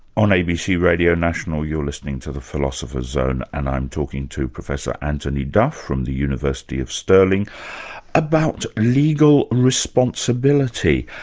on abc radio national you're listening to the philosopher's zone and i'm talking to professor antony duff, from the university of stirling about legal responsibility.